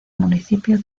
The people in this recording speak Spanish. municipio